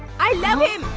i love him!